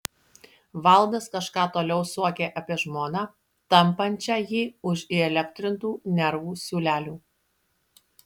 valdas kažką toliau suokė apie žmoną tampančią jį už įelektrintų nervų siūlelių